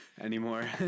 anymore